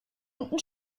unten